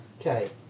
Okay